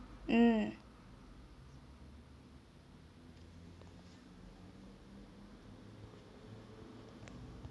mm